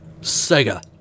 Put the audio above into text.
Sega